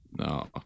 No